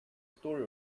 story